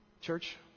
Church